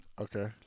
Okay